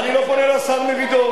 אני לא פונה לשר מרידור,